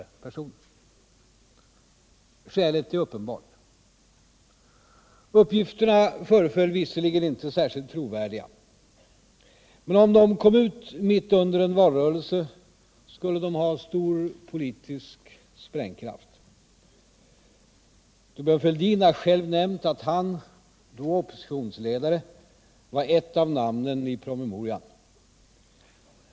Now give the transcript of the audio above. Skälet är uppenbart. Uppgifterna föreföll visserligen inte särskilt trovärdiga, men om de kom ut mitt i en valrörelse, skulle de ha stor politisk sprängkraft. Thorbjörn Fälldin har själv nämnt att han, då oppositionsledare, var ett av namnen i promemorian.